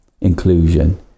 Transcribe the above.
inclusion